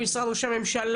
במשרד ראש הממשלה,